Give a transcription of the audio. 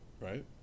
right